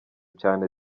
cyane